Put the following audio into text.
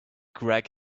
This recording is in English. greg